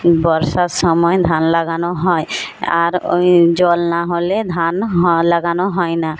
বর্ষার সময় ধান লাগানো হয় আর ওই জল না হলে ধান হ লাগানো হয় না